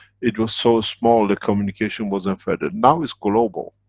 it was so small the communication wasn't furthered, now it's global.